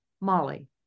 Molly